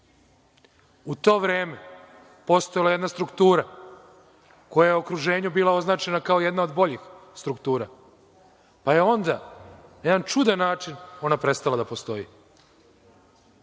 U to vreme postojala je jedna struktura koja je u okruženju bila označena kao jedna od boljih struktura, pa je onda na jedan čudan način prestala da postoji.